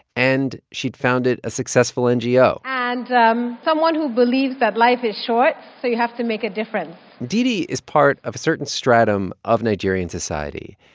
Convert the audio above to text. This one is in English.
and she'd founded a successful ngo and um someone who believes that life is short, so you have to make a difference ndidi is part of a certain stratum of nigerian society,